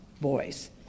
voice